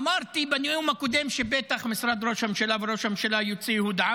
אמרתי בנאום הקודם שבטח משרד ראש הממשלה וראש הממשלה יוציאו הודעה,